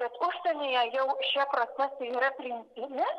bet užsienyje jau šie procesai yra priimtini